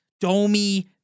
Domi